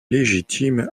légitime